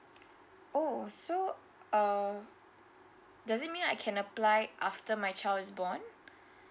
oh so uh does it mean I can apply after my child is born